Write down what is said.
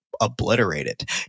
obliterated